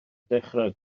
dechrau